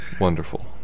Wonderful